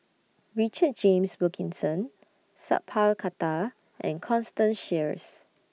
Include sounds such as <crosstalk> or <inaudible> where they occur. Richard James Wilkinson Sat Pal Khattar <noise> and Constance Sheares